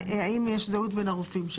והאם יש זהות בין הרופאים.